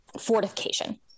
fortification